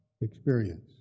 experience